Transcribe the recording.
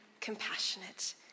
compassionate